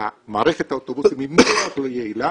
ומערכת האוטובוסים היא מאוד לא יעילה